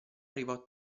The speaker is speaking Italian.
arrivò